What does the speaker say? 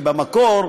כי במקור,